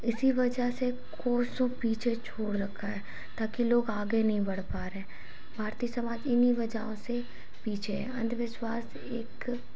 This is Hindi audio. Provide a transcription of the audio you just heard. इसी वजह से कोसों पीछे छोड़ रखा है ताकि लोग आगे नहीं बढ़ पा रहे हैं भारती समाज इन्हीं वजहों से पीछे है अंधविस्वास एक